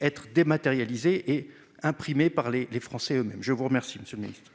être dématérialisé et imprimé par les Français eux-mêmes, je vous remercie, Monsieur le Ministre.